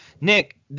Nick